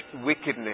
wickedness